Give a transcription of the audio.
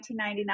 1999